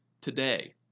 today